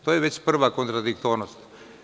To je već prva kontradiktornost.